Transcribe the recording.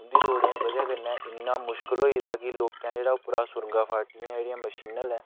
उं'दी रोडें ई बजह् कन्नै इ'न्ना मुश्कल होई दा ऐ कि लोकें जेह्ड़ा उप्पर सुरंगा फाट्टियां जेह्ड़ियां मशीनां आह्लें